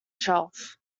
shelf